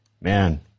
Man